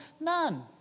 none